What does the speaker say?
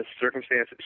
circumstances